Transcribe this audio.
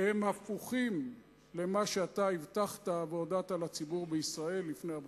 והם הפוכים למה שאתה הבטחת והודעת לציבור בישראל לפני הבחירות.